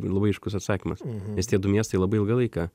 labai aiškus atsakymas nes tie du miestai labai ilgą laiką